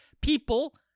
people